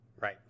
Right